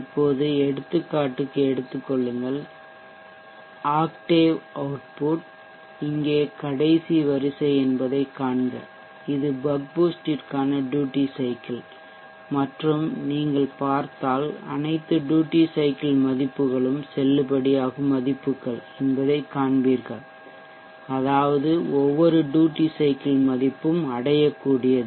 இப்போது எடுத்துக்காட்டுக்கு எடுத்துக் கொள்ளுங்கள் ஆக்டேவ் அவுட்புட் இங்கே கடைசி வரிசை என்பதைக் காண்க இது பக் பூஸ்ட்டிற்கான ட்யூட்டி சைக்கிள் மற்றும் நீங்கள் பார்த்தால் அனைத்து ட்யூட்டி சைக்கிள் மதிப்புகளும் செல்லுபடியாகும் மதிப்புகள் என்பதைக் காண்பீர்கள் அதாவது ஒவ்வொரு ட்யூட்டி சைக்கிள் மதிப்பும் அடையக்கூடியது